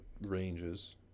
ranges